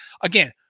again